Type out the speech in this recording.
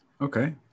Okay